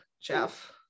Jeff